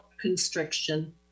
constriction